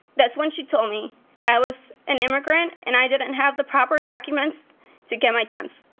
that's when she told me i was an immigrant and i didn't have the proper documents to get my temps.